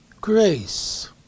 Grace